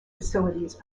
facilities